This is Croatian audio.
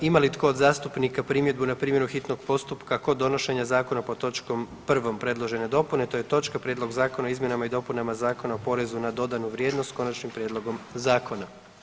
Ima li tko od zastupnika primjedbu na primjenu hitnog postupka kod donošenja zakona pod točkom 1. predložene dopune, to je točka Prijedlog zakona o izmjenama i dopunama Zakona o porezu na dodanu vrijednost, s Konačnim prijedlogom Zakona?